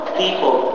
people